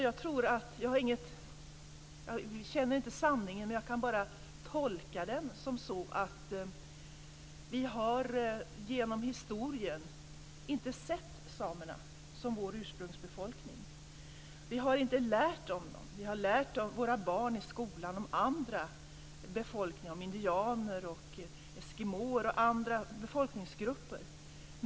Jag känner inte sanningen. Jag kan bara tolka den så att vi genom historien inte har sett samerna som vår ursprungsbefolkning. Vi har inte lärt om dem. Vi har lärt våra barn i skolan om andra befolkningar, om indianer, inuiter och andra befolkningsgrupper.